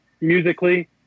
musically